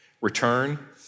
return